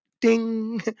Ding